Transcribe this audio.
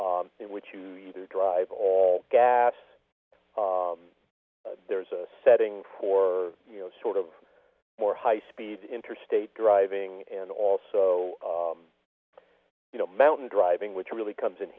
in which you either drive all gas there is a setting for you know sort of more high speed interstate driving and also you know mountain driving which really comes in